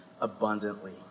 abundantly